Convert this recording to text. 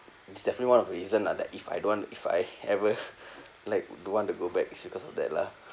it's definitely one of reason lah like if I don't want if I ever like don't want to go back it's because of that lah